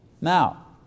Now